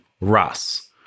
Russ